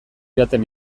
joaten